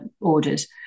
orders